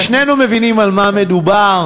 שנינו מבינים על מה מדובר.